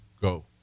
go